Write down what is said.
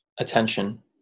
Attention